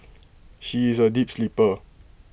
she is A deep sleeper